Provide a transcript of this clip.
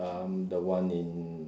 um the one in